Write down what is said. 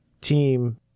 team